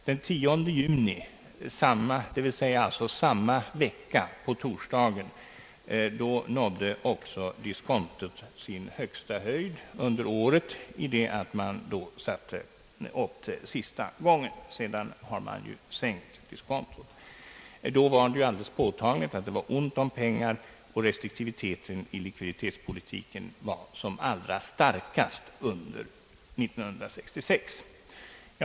Den 10 juni, d. v. s. på torsdagen samma vecka, nådde också diskontot sin högsta höjd under året, i det att man då höjde det senaste gången. Sedan har man sänkt diskontot. Då var det alldeles påtagligt att det var ont om pengar, och restriktiviteten i likviditetspolitiken var som allra starkast under 1966.